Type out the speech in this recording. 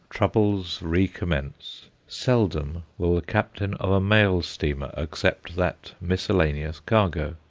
troubles recommence. seldom will the captain of a mail steamer accept that miscellaneous cargo.